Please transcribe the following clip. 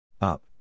Up